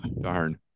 darn